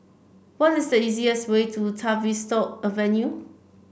what is the easiest way to Tavistock Avenue